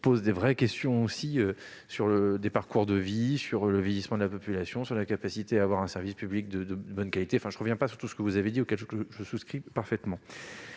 ; de vraies questions sont posées sur les parcours de vie, le vieillissement de la population, l'existence d'un service public de bonne qualité- je ne reviens pas sur tout ce que vous avez dit, auquel je souscris parfaitement.